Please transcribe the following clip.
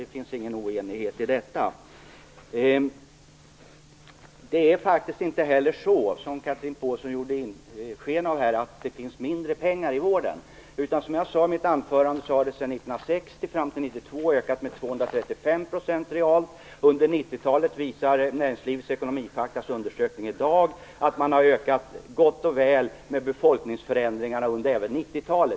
Det råder ingen oenighet om detta. Det är faktiskt inte heller så, som Chatrine Pålsson gjorde sken av, att det finns mindre pengar i vården. Som jag sade i mitt anförande har det sedan 1960 fram till 1992 skett en real ökning med 235 %, och Näringslivets ekonomifaktas undersökning visar i dag att det gott och väl, även även med befolkningsförändringar, har skett en ökning även under 90-talet.